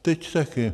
Teď také.